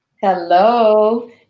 Hello